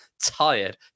tired